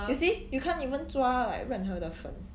you see you can't even 抓任何的粉